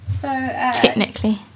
technically